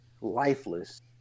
lifeless